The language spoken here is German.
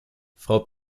frau